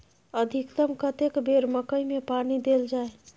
अधिकतम कतेक बेर मकई मे पानी देल जाय?